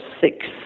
six